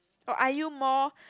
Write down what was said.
or are you more